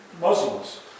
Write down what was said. muslims